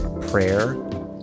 prayer